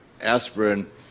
aspirin